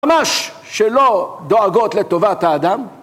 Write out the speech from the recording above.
ממש שלא דואגות לטובת האדם